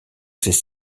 ces